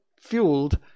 fueled